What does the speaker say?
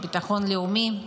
לביטחון לאומי,